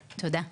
תודה.